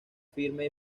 firme